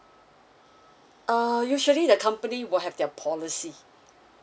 uh usually the company will have their policy